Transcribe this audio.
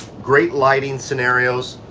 great lighting scenarios.